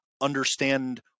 understand